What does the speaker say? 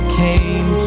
came